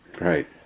right